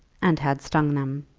and had stung them